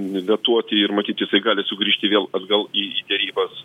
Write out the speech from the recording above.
vetuoti ir matyt jisai gali sugrįžti vėl atgal į derybas